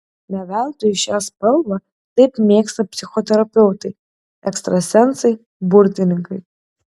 ne veltui šią spalvą taip mėgsta psichoterapeutai ekstrasensai burtininkai